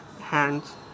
hands